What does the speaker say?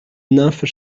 nymphes